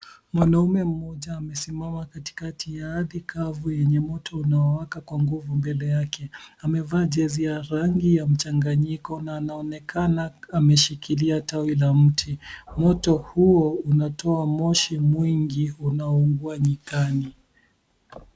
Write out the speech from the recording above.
Mwanaume mmoja amesimama katikati ya ardhi kavu yenye moto unaowaka kwa nguvu mbele yake. Amevaa jezi ya rangi ya mchanganyiko na anaonekana ameshikilia tawi la mti. Moto huo unatoa moshi mwingi unaoungua nyikani.